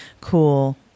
cool